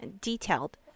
detailed